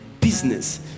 business